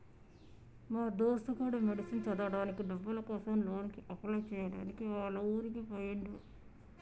మా దోస్తు గాడు మెడిసిన్ చదవడానికి డబ్బుల కోసం లోన్ కి అప్లై చేయడానికి వాళ్ల ఊరికి పోయిండు